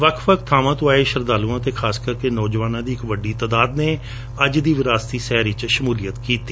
ਵੱਖ ਵੱਖ ਬਾਂਵਾਂ ਤੋ ਆਏ ਸ਼ਰਧਾਲੁਆਂ ਅਤੇ ਖਾਸ ਕਰਕੇ ਨੌਜਵਾਨਾਂ ਦੀ ਇੱਕ ਵੱਡੀ ਗਿਣਤੀ ਨੇ ਅੱਜ ਦੀ ਵਿਰਾਸਤੀ ਸੈਰ ਵਿੱਚ ਸ਼ਮੁਲੀਅਤ ਕੀਤੀ